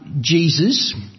Jesus